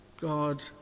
God